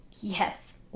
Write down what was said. yes